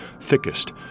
thickest